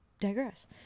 digress